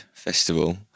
Festival